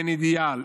אין אידיאל,